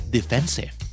Defensive